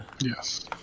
Yes